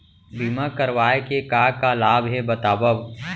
बीमा करवाय के का का लाभ हे बतावव?